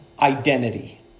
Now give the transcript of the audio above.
identity